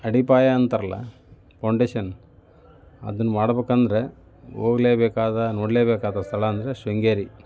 ಅಡಿಪಾಯ ಅಂತಾರಲ್ಲ ಫೌಂಡೇಶನ್ ಅದನ್ನು ಮಾಡ್ಬೇಕಂದ್ರೆ ಹೊಗ್ಲೇಬೇಕಾದ ನೋಡ್ಲೆಬೇಕಾದ ಸ್ಥಳ ಅಂದರೆ ಶೃಂಗೇರಿ